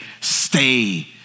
stay